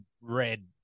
red